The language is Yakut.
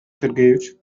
сергеевич